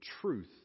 truth